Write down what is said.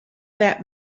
that